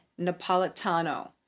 Napolitano